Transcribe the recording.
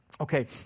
Okay